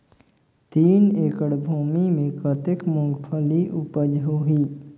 तीन एकड़ भूमि मे कतेक मुंगफली उपज होही?